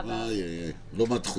"הכרת הלקוח"